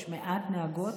יש מעט נהגות,